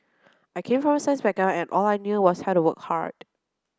I came from a science background and all I knew was how to work hard